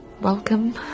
Welcome